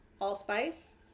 Allspice